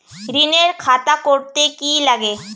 ঋণের খাতা করতে কি লাগে?